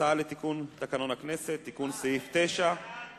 הצעה לתיקון תקנון הכנסת, תיקון סעיף 9. הצעת